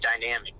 dynamic